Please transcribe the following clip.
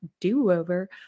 do-over